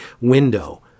window